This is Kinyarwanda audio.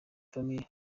family